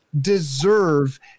deserve